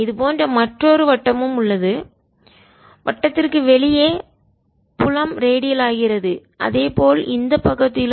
இது போன்ற மற்றொரு வட்டமும் உள்ளது வட்டத்திற்கு வெளியே புலம் ரேடியல் ஆகிறது அதேபோல் இந்த பக்கத்திலும்